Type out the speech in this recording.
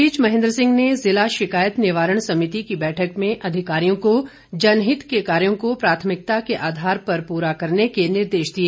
इस बीच महेंद्र सिंह ने जिला शिकायत निवारण समिति की बैठक में अधिकारियों को जनहित के कार्यो को प्राथमिकता के आधार पर पूरा करने के निर्देश दिए